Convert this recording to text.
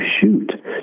shoot